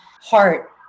heart